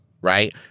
Right